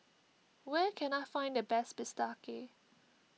where can I find the best Bistake